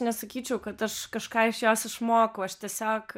nesakyčiau kad aš kažką iš jos išmokau aš tiesiog